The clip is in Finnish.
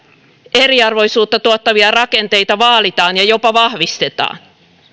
eriarvoisuutta tuottavia rakenteita vaalitaan ja jopa vahvistetaan